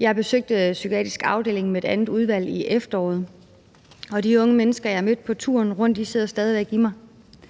Jeg besøgte sammen med et andet udvalg en psykiatrisk afdeling i efteråret, og de unge mennesker, jeg mødte på turen, sidder stadig væk i mig,